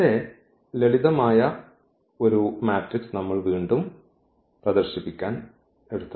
വളരെ ലളിതമായ ഒരു മാട്രിക്സ് നമ്മൾ വീണ്ടും പ്രദർശിപ്പിക്കാൻ എടുത്തതാണ്